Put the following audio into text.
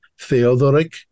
Theodoric